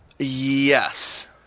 Yes